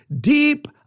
deep